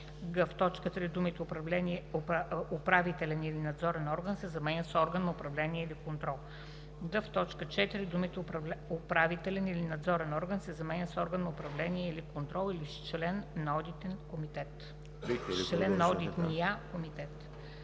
в т. 3 думите „управителен или надзорен орган“ се заменят с „орган на управление или контрол“; д) в т. 4 думите „управителен или надзорен орган“ се заменят с „орган на управление или контрол или с член на одитния комитет“.“